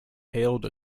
hailed